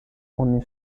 oni